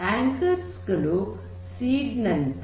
anchors ಗಳು seed ನಂತೆ